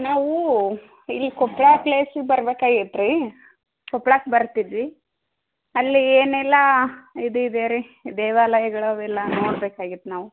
ನಾವು ಇಲ್ಲಿ ಕೊಪ್ಪಳ ಪ್ಲೇಸಿಗೆ ಬರ್ಬೇಕಾಗಿತ್ತು ರೀ ಕೊಪ್ಳಕ್ಕೆ ಬರುತಿದ್ವಿ ಅಲ್ಲಿ ಏನೆಲ್ಲಾ ಇದಿದೆ ರೀ ದೇವಾಲಯಗಳು ಅವೆಲ್ಲ ನೋಡ್ಬೇಕಾಗಿತ್ತು ನಾವು